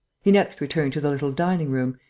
he next returned to the little dining-room,